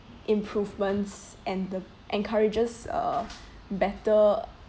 improvements and the encourages uh better